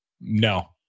No